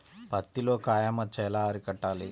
పత్తిలో కాయ మచ్చ ఎలా అరికట్టాలి?